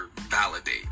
validate